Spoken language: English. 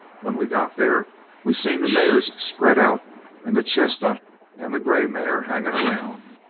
when we got there we seen the mares spread out and the chestnut and the grey mare hanging around.